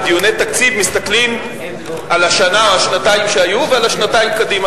בדיוני תקציב מסתכלים על השנה או השנתיים שהיו ועל שנתיים קדימה.